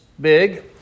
big